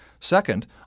Second